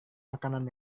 makanan